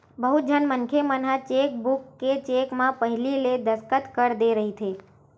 बहुत झन मनखे मन ह चेकबूक के चेक म पहिली ले दस्कत कर दे रहिथे